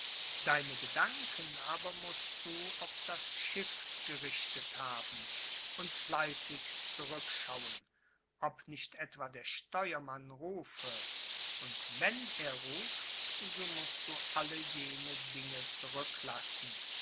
deine gedanken aber mußt du auf das schiff gerichtet haben und fleißig zurückschauen ob nicht etwa der steuermann rufe und wenn er ruft so mußt du alle jene dinge zurücklassen